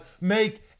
make